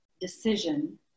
decision